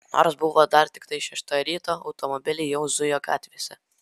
nors buvo dar tiktai šešta ryto automobiliai jau zujo gatvėse